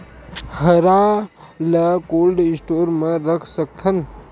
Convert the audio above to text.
हरा ल cold store म रख सकथन?